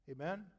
Amen